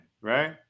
right